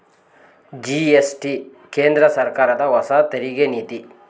GST ಕೇಂದ್ರ ಸರ್ಕಾರದ ಹೊಸ ತೆರಿಗೆ ನೀತಿ